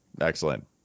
Excellent